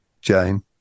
Jane